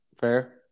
Fair